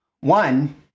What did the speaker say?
One